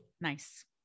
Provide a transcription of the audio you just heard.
nice